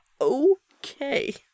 Okay